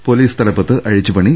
police തലപ്പത്ത് അഴിച്ചുപണി